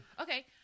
Okay